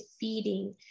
feeding